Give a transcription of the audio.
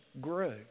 grew